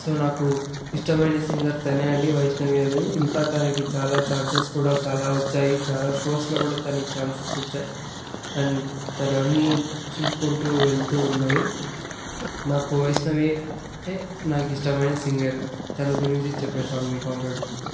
so నాకు ఇష్టమైన singer తనే అండి వైష్ణవి అనేది ఇంకా తనకి చాలా ఛాన్సెస్ కూడా చాలా వచ్చాయి చాలా షోస్లో కూడా తనకి ఛాన్సెస్ వచ్చాయి అండ్ తను అన్ని చూసుకుంటూ వెళ్తూ ఉన్నది నాకు వైష్ణవి ఏ నాకు ఇష్టమైన సింగర్ తన గురించి చెప్పేశాను మీకు ఆల్రెడీ